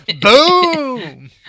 Boom